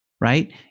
right